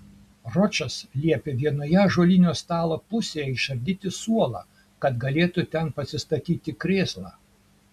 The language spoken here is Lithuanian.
ročas liepė vienoje ąžuolinio stalo pusėje išardyti suolą kad galėtų ten pasistatyti krėslą